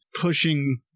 pushing